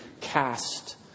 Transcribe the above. cast